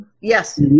Yes